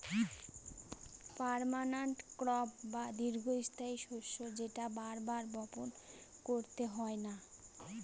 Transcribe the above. permanent crop বা দীর্ঘস্থায়ী শস্য যেটা বার বার বপন করতে হয় না